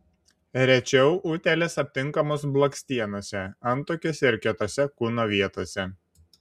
rečiau utėlės aptinkamos blakstienose antakiuose ir kitose kūno vietose